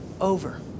over